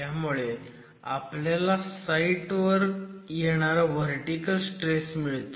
ह्यामुळे आपल्याला साईट वर येणारा व्हर्टिकल स्ट्रेस मिळतो